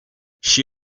she